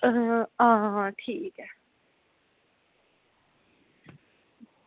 हां ठीक ऐ